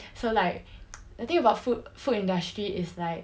so like the thing about food food industry is like